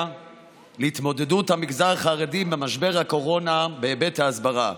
להתמודדות של המגזר החרדי במשבר הקורונה בהיבט ההסברה.